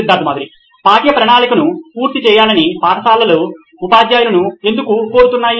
Siddharth Maturi CEO నోయిన్ electronics పాఠ్య ప్రణాళికను పూర్తి చేయాలని పాఠశాలలు ఉపాధ్యాయులను ఎందుకు కోరుతున్నాయి